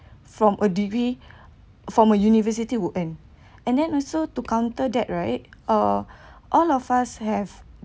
from a degree from a university would earn and then also to counter that right uh all of us have